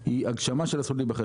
היא הגשמה של הזכות להיבחר.